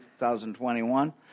2021